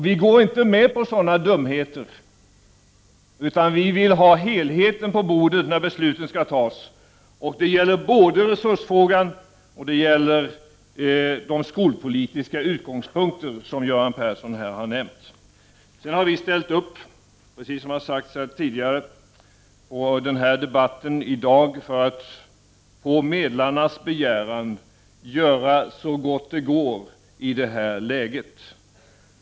Vi går inte med på sådana dumheter, utan vi vill ha helheten på bordet när besluten skall tas. Det gäller både resursfrågan och de skolpolitiska utgångspunkter som Göran Persson här har nämnt. Vi har, som har nämnts tidigare, ställt upp på denna debatt i dag för att på medlarnas begäran göra så gott det går i detta läge.